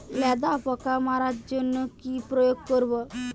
লেদা পোকা মারার জন্য কি প্রয়োগ করব?